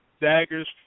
daggers